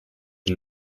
the